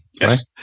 Yes